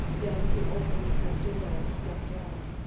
then he opened the front door and stepped out.